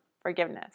forgiveness